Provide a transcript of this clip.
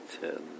ten